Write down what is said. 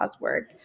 work